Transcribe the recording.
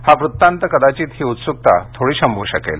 हा वृत्तांत कदाचित ही उत्सुकता थोडी शमवू शकेल